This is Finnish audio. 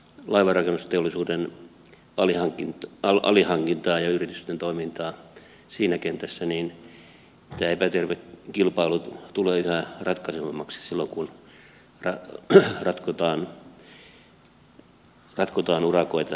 kun seuraan laivanrakennusteollisuuden alihankintaa ja yritysten toimintaa siinä kentässä niin tämä epäterve kilpailu tulee yhä ratkaisevammaksi silloin kun ratkotaan urakoita